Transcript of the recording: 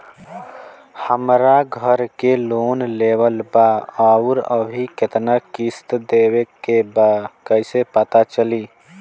हमरा घर के लोन लेवल बा आउर अभी केतना किश्त देवे के बा कैसे पता चली?